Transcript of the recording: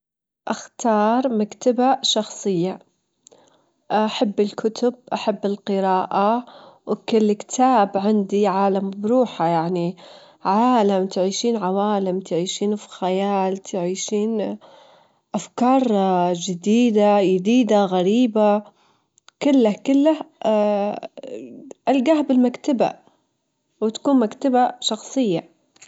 لمان تغسلين أسنانتش بشكل صحيح، تحطين المعجون الأسنان على الفرشاية وتبدين تفرشين أسنانتش بحركات دائرية خفيفة، تتأكدين إنك تنظفين الجوانب واللثة، وتغسلين فمك بعدها بالموية.